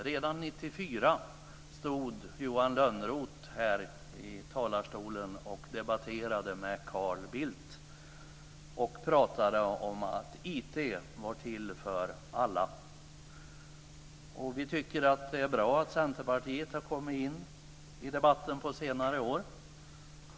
Redan 1994 stod Johan Lönnroth här i talarstolen och debatterade med Carl Bildt. Han pratade om att IT var till för alla. Vi tycker att det är bra att Centerpartiet har kommit in i debatten på senare år.